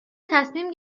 تصمیم